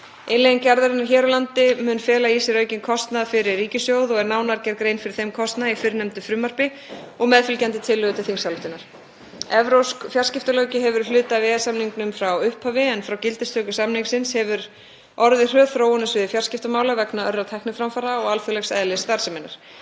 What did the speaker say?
Innleiðing gerðanna hér á landi mun fela í sér aukinn kostnað fyrir ríkissjóð og er nánar gerð grein fyrir þeim kostnaði í fyrrnefndu frumvarpi og meðfylgjandi tillögu til þingsályktunar. Evrópsk fjarskiptalöggjöf hefur verið hluti af EES-samningnum frá upphafi en frá gildistöku samningsins hefur orðið hröð þróun á sviði fjarskiptamála vegna örra tækniframfara og alþjóðlegs eðlis starfseminnar.